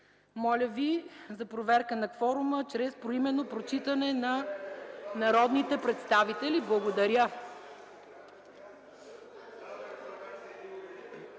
Моля Ви за проверка на кворума чрез поименно прочитане на народните представители. Благодаря.